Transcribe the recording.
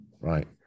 right